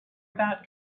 about